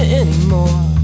anymore